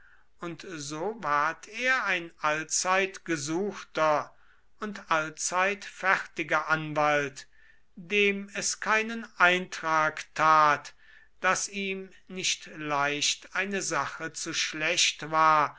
und so ward er ein allzeit gesuchter und allzeit fertiger anwalt dem es keinen eintrag tat daß ihm nicht leicht eine sache zu schlecht war